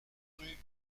rue